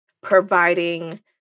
providing